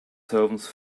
servants